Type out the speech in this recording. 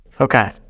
Okay